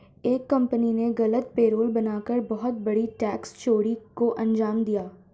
एक कंपनी ने गलत पेरोल बना कर बहुत बड़ी टैक्स चोरी को अंजाम दिया